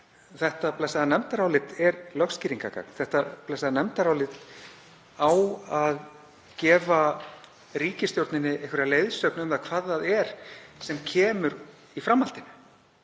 þetta blessaða nefndarálit er lögskýringargagn. Þetta blessaða nefndarálit á að gefa ríkisstjórninni einhverja leiðsögn um það hvað það er sem kemur í framhaldinu.